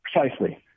Precisely